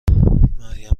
مریم